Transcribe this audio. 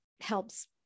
helps